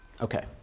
Okay